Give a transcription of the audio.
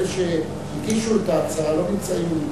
אלה שהגישו את ההצעה לא נמצאים,